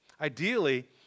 Ideally